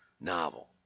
novel